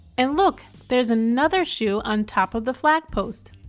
and look there's another shoe on top of the flag post.